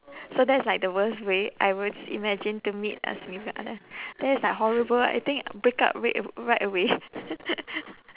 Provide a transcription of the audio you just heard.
so that's like the worst way I would imagine to meet a significant other that is like horrible I think I would break up rate right away